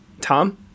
Tom